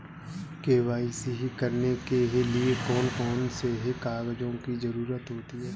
KYC करने के लिए कौन कौन से कागजों की जरूरत होती है?